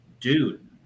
Dude